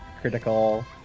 critical